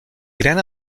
gran